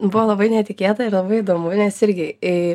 buvo labai netikėta ir labai įdomu nes irgi į